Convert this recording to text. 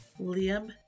Liam